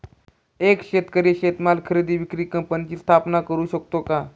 एक शेतकरी शेतीमाल खरेदी विक्री कंपनीची स्थापना करु शकतो का?